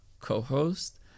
co-host